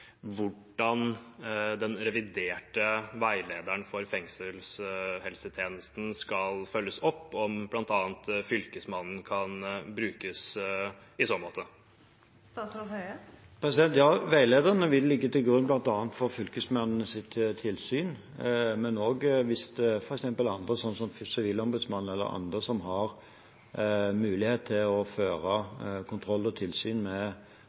hvordan den reviderte veilederen for fengselshelsetjenesten skal følges opp, og om bl.a. Fylkesmannen kan brukes i så måte. Ja, veilederen vil ligge til grunn bl.a. for fylkesmennenes tilsyn. Men også hvis det f.eks. er andre, som Sivilombudsmannen eller andre, som har mulighet til å føre kontroll og tilsyn med